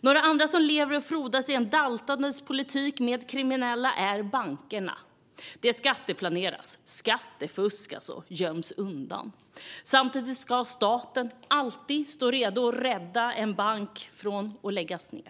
Några andra som lever och frodas i en politik som daltar med kriminella är bankerna. Det skatteplaneras, skattefuskas och göms undan. Samtidigt ska staten alltid stå redo för att rädda en bank från att läggas ned.